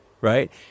right